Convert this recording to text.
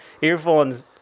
earphones